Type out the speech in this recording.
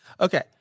Okay